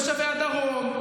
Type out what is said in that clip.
לתושבי הדרום,